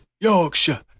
Yorkshire